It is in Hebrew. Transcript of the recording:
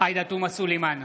עאידה תומא סלימאן,